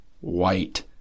white